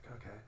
okay